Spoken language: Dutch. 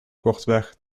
kortweg